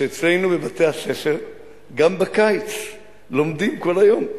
שאצלנו בבתי-הספר גם בקיץ לומדים כל היום,